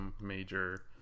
major